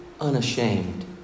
unashamed